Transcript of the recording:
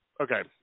okay